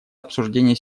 обсуждения